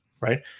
right